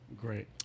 great